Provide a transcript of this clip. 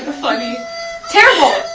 funny terrible,